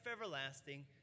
everlasting